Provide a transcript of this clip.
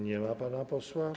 Nie ma pana posła.